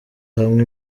hamwe